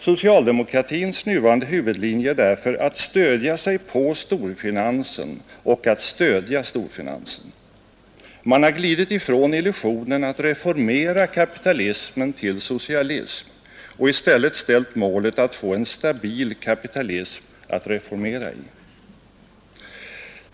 Socialdemokratins nuvarande huvudlinje är därför att stödja sig på storfinansen och att stödja storfinansen. Man har glidit ifrån illusionen att reformera kapitalismen till socialism och i stället uppställt målet att få en stabil kapitalism att reformera i.